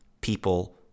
People